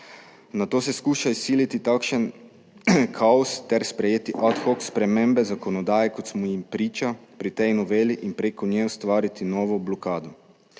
Na to se skuša izsiliti takšen kaos ter sprejeti ad hoc spremembe zakonodaje, kot smo jim priča pri tej noveli in preko nje ustvariti novo blokado.